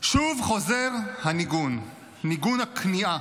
שוב חוזר הניגון, ניגון הכניעה: